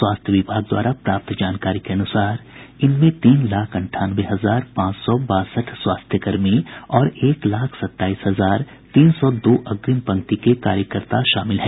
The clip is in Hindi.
स्वास्थ्य विभाग द्वारा प्राप्त जानकारी के अनुसार इनमें तीन लाख अंठानवे हजार पांच सौ बासठ स्वास्थ्य कर्मी और एक लाख सताईस हजार तीन सौ दो अग्रिम पंक्ति के कार्यकर्ता शामिल हैं